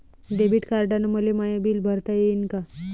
Debit कार्डानं मले माय बिल भरता येईन का?